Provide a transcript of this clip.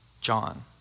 John